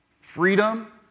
freedom